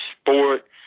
sport